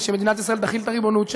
זה שמדינת ישראל תחיל שם את הריבונות,